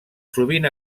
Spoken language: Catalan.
sovint